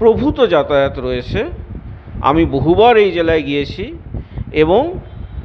প্রভূত যাতায়াত রয়েছে আমি বহুবার এই জেলায় গিয়েছি এবং